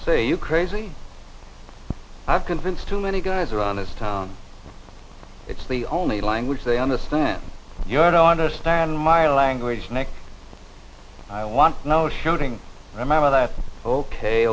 say you crazy i've convinced too many guys around this town it's the only language they understand your don't understand my language next i want no shouting remember that ok